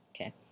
Okay